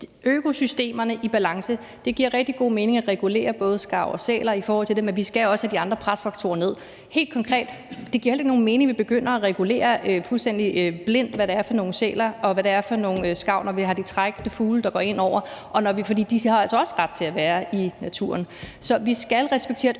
økosystemerne skal være i balance, og det giver rigtig god mening at regulere både skarver og sæler, men vi skal også have de andre presfaktorer ned. Helt konkret giver det jo heller ikke nogen mening, at vi fuldstændig i blinde begynder at regulere, hvad det er for nogle sæler, og hvad det er for nogle skarver, når vi har de trækkende fugle, der går ind over, for de har altså også en ret til at være i naturen. Så vi skal respektere